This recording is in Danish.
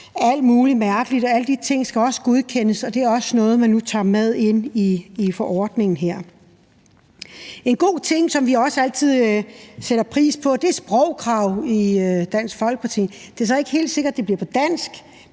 alt muligt mærkeligt, og alle de ting skal også godkendes, og det er også noget, man nu tager med ind i forordningen her, og det er vi også glade for. Noget, som vi også altid sætter pris på i Dansk Folkeparti, er sprogkrav. Det er så ikke helt sikkert, at det bliver på dansk,